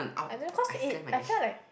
I don't know cause it I felt like